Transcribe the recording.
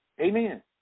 Amen